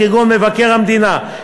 כגון מבקר המדינה,